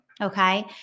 okay